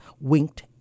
winked